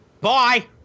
bye